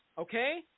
Okay